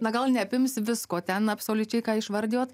na gal neapims visko ten absoliučiai ką išvardijot